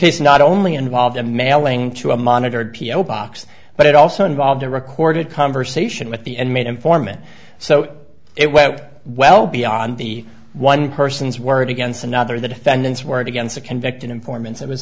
case not only involved a mailing to a monitored p o box but it also involved a recorded conversation with the end made informant so it went well beyond the one person's word against another the defendant's word against a convicted informants it was